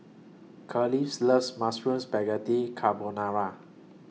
Kelis loves Mushroom Spaghetti Carbonara